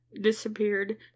Disappeared